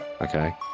Okay